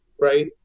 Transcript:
Right